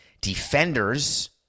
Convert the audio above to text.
Defenders